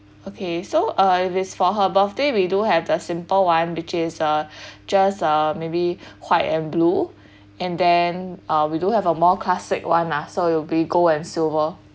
okay so uh if it's for her birthday we do have the simple one which is uh just uh maybe white and blue and then uh we do have a more classic one lah so it will be gold and silver